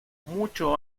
mucho